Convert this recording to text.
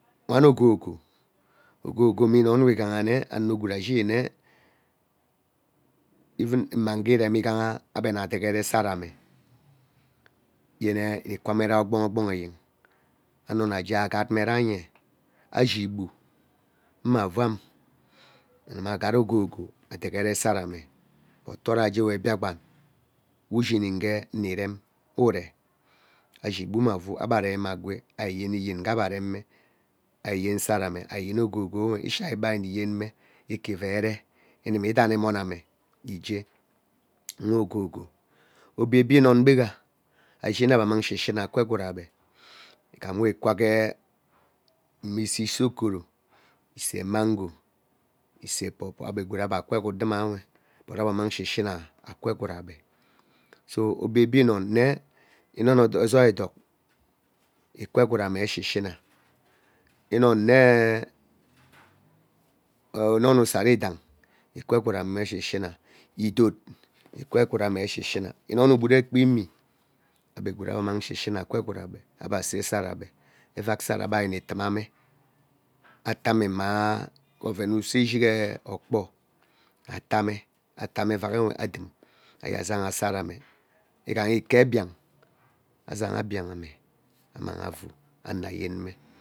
Wan ogogo, ogogo nwe inoin we ighane ano gwood ayinime even mange iremina ebe nne degereme sara me yene ikwaa rai ogboho ogboho eyen ano ana gee agat me ranye ashi igbu mme avam anuwa aget ogogo adegere sara me but toraje we Biakpan we ushini egee nne irem uree ashi igbu mme aruu ebe arime agwee ari yeniyen ngee ebe reme iyen sara me iyen ogogonwe ishi ai ebe nni iyen ogogonwe ishi ai ebe nni yenme ike ivere inimi dain emoname isee nwe ogogo obie obie inoin gwega ari shini nwa ebe anyamg shi shina akwa egwood ebe ighom be ikwa gee ee mma gee i see ishokoro, isee mango isee popo ebe, gwood ebe kwaa egwood rumawe but ebe amang shi shina akwa egwood ebe so obie obie inoi nne, inoi dee ozoi edok ikwaa egwood me shi shina inoin nnese inoi usara idang ikwaa egwood me shi shina idot ikwa egwood ame shi shina, inoi ee igbud ekpa imie ebe gwood ebe ammang shi shina akwa egwood ebe, ebe see sara ebe evak sara ebe are utumane ate me mmaa oven usee ishighe okpoor atame evak nwe adum ajee sagha sara me igha ikee biang azagha biagha mme ammang avuu ano ayeme.